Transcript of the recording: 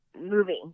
Movie